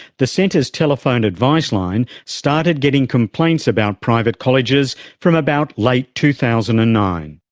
the centre's telephone advice line started getting complaints about private colleges from about late two thousand and nine.